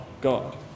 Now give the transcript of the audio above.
God